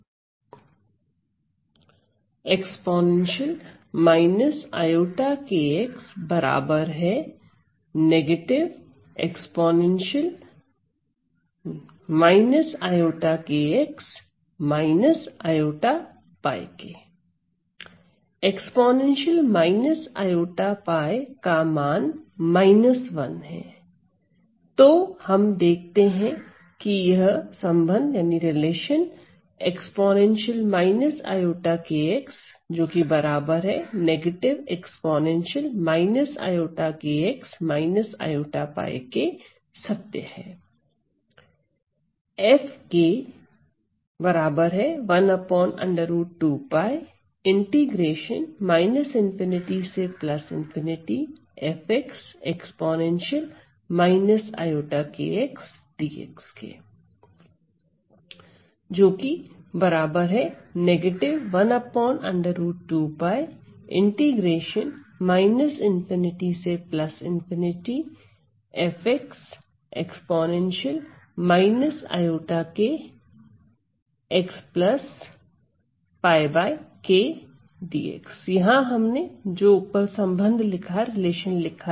का मान 1 है तो हम देखते हैं की यह संबंध सत्य है